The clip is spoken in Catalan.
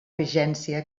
vigència